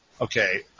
Okay